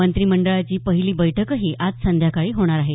मंत्रिमंडळाची पहिली बैठकही आज संध्याकाळी होणार आहे